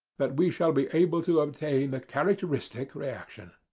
that we shall be able to obtain the characteristic reaction.